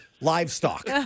livestock